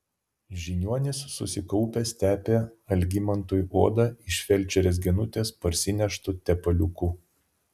žiniuonis susikaupęs tepė algimantui odą iš felčerės genutės parsineštu tepaliuku